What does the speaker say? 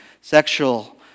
sexual